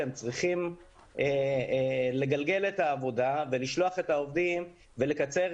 שהם צריכים לגלגל את העבודה ולשלוח את העובדים ולקצר